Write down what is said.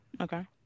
Okay